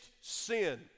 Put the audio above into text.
sin